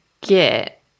get